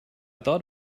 thought